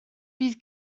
bydd